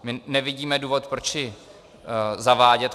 My nevidíme důvod, proč ji zavádět.